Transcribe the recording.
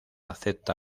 acepta